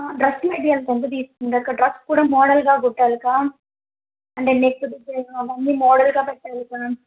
dress materials ఎంత తీసుకుందిక్క dress కూడా మోడల్గా కుట్టాలక్కా అంటే నెక్ది అవన్నీ మోడల్గా పెట్టాలక్కా